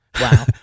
Wow